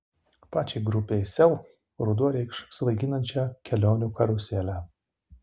pačiai grupei sel ruduo reikš svaiginančią kelionių karuselę